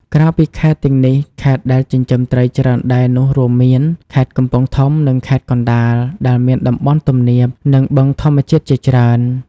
ក្រៅពីខេត្តទាំងនេះ ខេត្តដែលចិញ្ចឹមត្រីច្រើនដែរនោះរួមមាន ខេត្តកំពង់ធំ និងខេត្តកណ្ដាល ដែលមានតំបន់ទំនាប និងបឹងធម្មជាតិជាច្រើន។